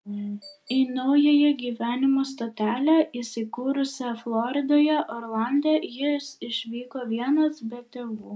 į naująją gyvenimo stotelę įsikūrusią floridoje orlande jis išvyko vienas be tėvų